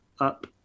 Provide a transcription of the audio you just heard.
up